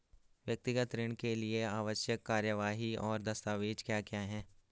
व्यक्तिगत ऋण के लिए आवश्यक कार्यवाही और दस्तावेज़ क्या क्या हैं?